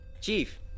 Chief